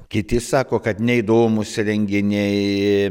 kiti sako kad neįdomūs renginiai